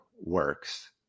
works